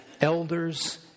elders